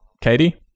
Katie